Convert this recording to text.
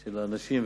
של אנשים,